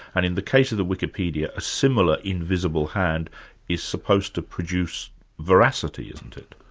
and in the case of the wikipedia, a similar invisible hand is supposed to produce veracity, isn't it?